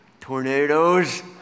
tornadoes